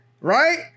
Right